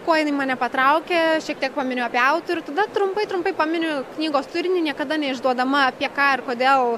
kuo jinai mane patraukė šiek tiek paminiu apie autorių tada trumpai trumpai paminiu knygos turinį niekada neišduodama apie ką ir kodėl